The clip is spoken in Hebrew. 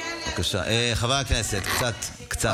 חברי הכנסת, קצת, קצת.